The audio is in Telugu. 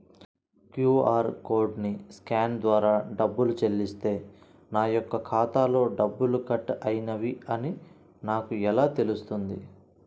క్యూ.అర్ కోడ్ని స్కాన్ ద్వారా డబ్బులు చెల్లిస్తే నా యొక్క ఖాతాలో డబ్బులు కట్ అయినవి అని నాకు ఎలా తెలుస్తుంది?